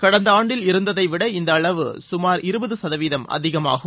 கடந்த ஆண்டில் இருந்ததைவிட இந்த அளவு சுமார் இருபது சதவீதம் அதிகமாகும்